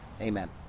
amen